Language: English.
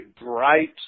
bright